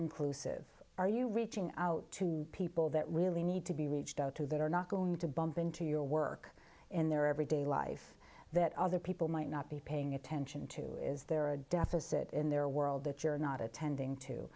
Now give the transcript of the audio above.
inclusive are you reaching out to people that really need to be reached out to that are not going to bump into your work in their everyday life that other people might not be paying attention to is there a deficit in their world that you're not attending to